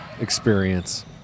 experience